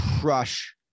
crush